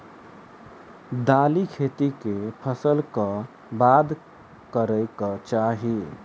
दालि खेती केँ फसल कऽ बाद करै कऽ चाहि?